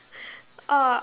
oh